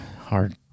hard